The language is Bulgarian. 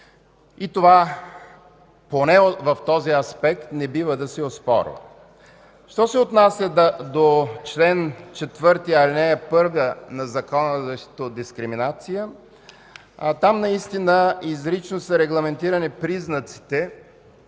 И това поне в този аспект не бива да се оспорва. Що се отнася до чл. 4, ал. 1 на Закона за защита от дискриминация, там наистина изрично са регламентирани признаците,